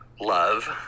love